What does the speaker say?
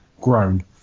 grown